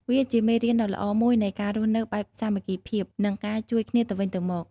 វាជាមេរៀនដ៏ល្អមួយនៃការរស់នៅបែបសាមគ្គីភាព និងការជួយគ្នាទៅវិញទៅមក។